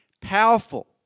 powerful